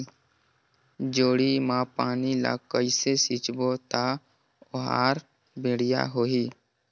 जोणी मा पानी ला कइसे सिंचबो ता ओहार बेडिया होही?